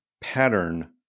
pattern